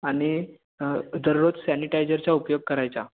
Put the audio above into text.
आणि दररोज सॅनीटाईजरचा उपयोग करायचा